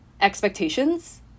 expectations